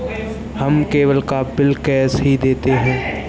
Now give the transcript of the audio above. हम केबल का bill cash में ही देते हैं